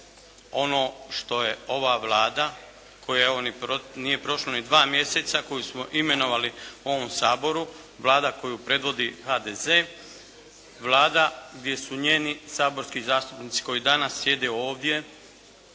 ono što je ova Vlada, koja evo, nije ni prošlo dva mjeseca, koju smo imenovali u ovom Saboru, Vlada koju predvodi HDZ. Vlada, gdje su njeni saborski zastupnici koji danas sjede ovdje